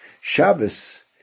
Shabbos